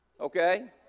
okay